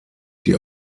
die